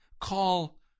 Call